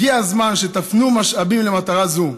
הגיע הזמן שתפנו משאבים למטרה זו.